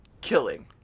killing